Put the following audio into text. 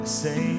say